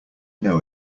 know